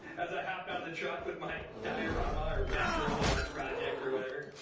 as i hopped out of the truck with my diorama or macaroni art project or whatever